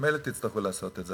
ממילא תצטרכו לעשות את זה,